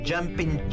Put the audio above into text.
Jumping